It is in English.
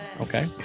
Okay